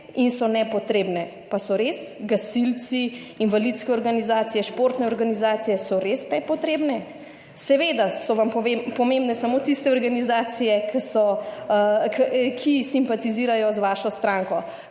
in so nepotrebne. Pa so res? Gasilci, invalidske organizacije, športne organizacije so res nepotrebne? Seveda so vam pomembne samo tiste organizacije, ki simpatizirajo z vašo stranko.